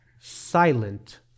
silent